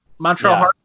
Montreal